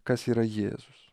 kas yra jėzus